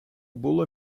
було